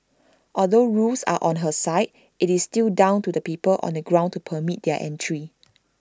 although rules are on her side it's still down to the people on the ground to permit them entry